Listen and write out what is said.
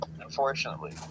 unfortunately